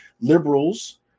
Liberals